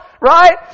Right